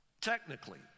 Technically